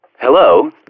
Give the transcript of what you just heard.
Hello